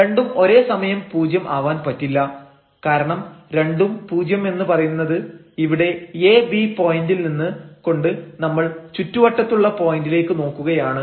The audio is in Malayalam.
രണ്ടും ഒരേ സമയം പൂജ്യം ആവാൻ പറ്റില്ല കാരണം രണ്ടും പൂജ്യം എന്ന് പറയുന്നത് ഇവിടെ ab പോയന്റിൽ നിന്ന് കൊണ്ട് നമ്മൾ ചുറ്റുവട്ടത്തുള്ള പോയന്റിലേക്ക് നോക്കുകയാണ്